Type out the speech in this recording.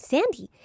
Sandy